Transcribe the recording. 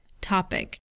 topic